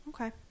Okay